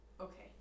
okay